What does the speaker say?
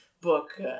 book